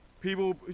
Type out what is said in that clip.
people